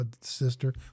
sister